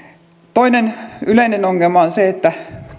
toinen yleinen ongelma on se että